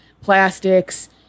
plastics